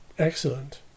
Excellent